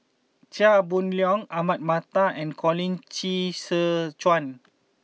Chia Boon Leong Ahmad Mattar and Colin Qi Zhe Quan